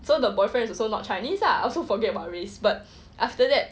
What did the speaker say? so the boyfriend is also not chinese lah also forget what race but after that